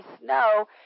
snow